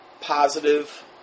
positive